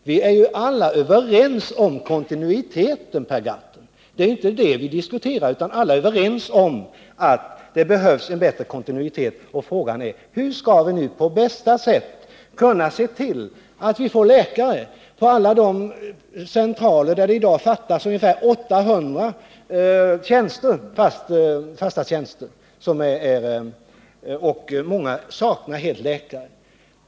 Vi är ju alla överens om att det behövs en bättre kontinuitet, Per Gahrton, men det är inte det vi diskuterar. Frågan är: Hur skall vi nu på bästa sätt kunna se till att vi får läkare på alla centraler — i dag fattas ungefär 800 fasta tjänster? Och många saknar helt läkare.